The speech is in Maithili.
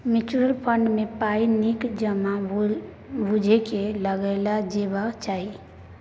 म्युचुअल फंड मे पाइ नीक जकाँ बुझि केँ लगाएल जेबाक चाही